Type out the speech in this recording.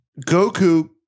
Goku